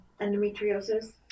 endometriosis